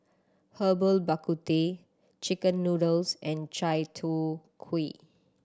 Herbal Bak Ku Teh chicken noodles and chai tow kway